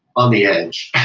on the edge,